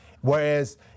Whereas